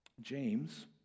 James